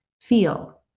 Feel